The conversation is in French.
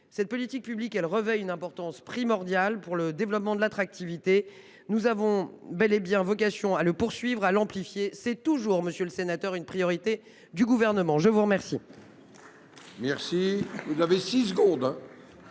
Cette politique publique revêt une importance primordiale pour le développement de l’attractivité. Nous avons bel et bien vocation à le poursuivre et à l’amplifier. C’est toujours, monsieur le sénateur, une priorité du Gouvernement ! La parole